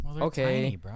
okay